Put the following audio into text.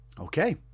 Okay